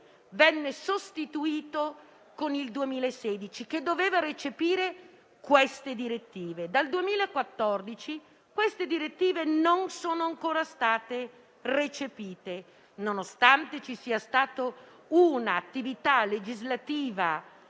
venne sostituito con quello del 2016, che doveva recepire queste direttive. Dal 2014, queste direttive non sono ancora state recepite, nonostante ci sia stata un'attività legislativa